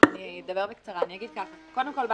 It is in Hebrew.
קודם כול,